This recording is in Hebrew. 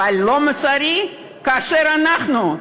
אבל לא מוסרי כאשר אנחנו,